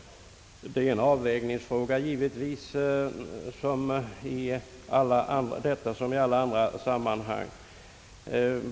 Det föreligger givetvis i detta fall som i alla andra fall en avvägningsfråga.